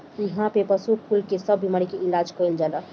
इहा पे पशु कुल के सब बेमारी के इलाज कईल जाला